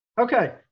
Okay